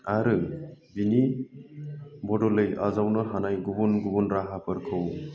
आरो बिनि बदलै आजावनो हानाय गुबुन गुबुन राहाफोरखौ